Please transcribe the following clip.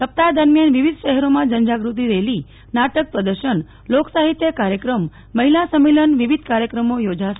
સપ્તાહ દરમિયાન વિવિધ શહેરોમાં જનજાગૃતિ રેલી નાટક પ્રદર્શન લોક સાહિત્ય કાર્યક્રમ મહિલા સંમેલન વિવિધ કાર્યક્રમો યોજાશે